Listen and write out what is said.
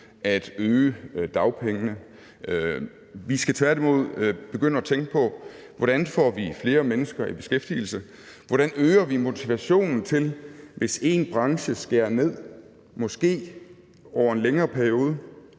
at øge dagpengene. Vi skal tværtimod begynde at tænke på, hvordan vi får flere mennesker i beskæftigelse, hvordan vi, hvis en branche skærer ned, måske over en længere periode,